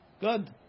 Good